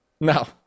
No